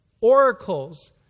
oracles